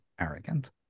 arrogant